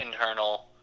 internal